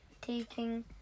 taking